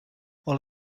all